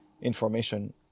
information